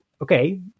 okay